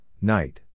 night